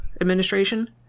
administration